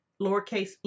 lowercase